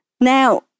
Now